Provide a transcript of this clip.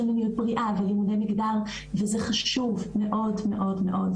מיניות בריאה ולימודי מגדר וזה חשוב מאוד מאוד.